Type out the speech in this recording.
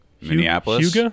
Minneapolis